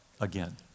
again